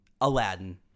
aladdin